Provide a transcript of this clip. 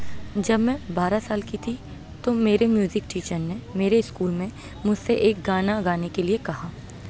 جب میں بارہ سال کی تھی تو میرے میوزک ٹیچر نے میرے اسکول میں مجھ سے ایک گانا گانے کے لیے کہا